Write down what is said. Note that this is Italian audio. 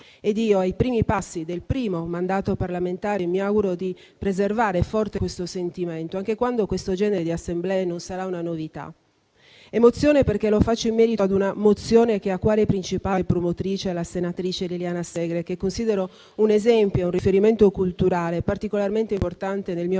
Senato. Ai primi passi del mio primo mandato parlamentare, mi auguro di preservare forte questo sentimento, anche quando questo genere di assemblee non sarà una novità. Provo emozione perché lo faccio in merito a una mozione che ha quale principale promotrice la senatrice Liliana Segre, che considero un esempio e un riferimento culturale particolarmente importante nel mio lavoro